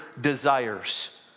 desires